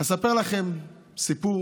אספר לכם סיפור